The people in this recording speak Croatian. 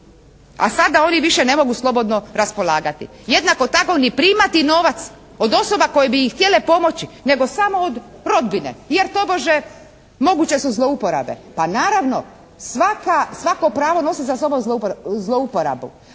a sada oni više ne mogu slobodno raspolagati. Jednako tako ni primati novac od osoba koje bi ih htjele pomoći, nego samo od rodbine jer tobože moguće su zlouporabe. Pa naravno. Svako pravo nosi za sobom zlouporabu,